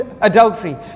adultery